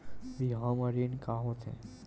बिहाव म ऋण का होथे?